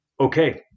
okay